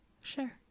sure